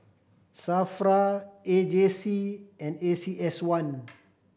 SAFRA A J C and A C S one